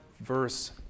verse